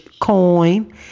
coin